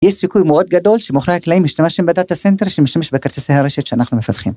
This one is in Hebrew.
יש סיכוי מאוד גדול שמאחורי הקלעים השתמשתם בדאטה סנטר שמשמש בכרטיסי הרשת שאנחנו מפתחים.